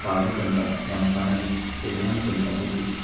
ꯄꯥꯕ ꯃꯇꯝꯗ ꯌꯥꯝꯅ ꯀꯥꯟꯅꯈꯤ ꯀꯔꯤꯒꯤꯅꯣ ꯍꯥꯏꯕ ꯃꯇꯝꯗ ꯑꯩꯈꯣꯏꯒꯤ